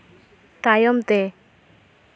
ᱛᱟᱭᱚᱢᱛᱮ